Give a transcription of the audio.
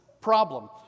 problem